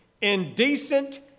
indecent